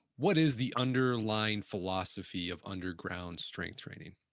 what is the underlying philosophy of underground strength training?